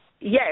Yes